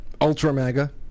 Ultra-mega